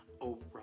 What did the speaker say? Oprah